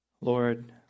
Lord